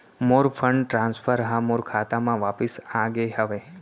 मोर fund transfer हा मोर खाता मा वापिस आ गे हवे